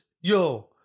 yo